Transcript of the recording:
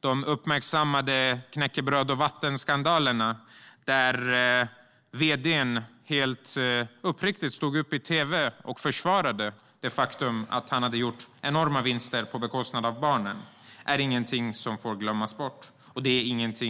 De uppmärksammade knäckebröd-och-vatten-skandalerna där vd:n helt uppriktigt stod upp i tv och försvarade det faktum att han hade gjort enorma vinster på bekostnad av barnen är ingenting som får glömmas bort. Det var inte